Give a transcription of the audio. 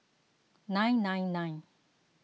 nine nine nine